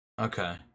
Okay